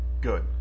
good